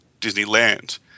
Disneyland